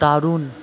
দারুণ